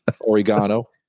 Oregano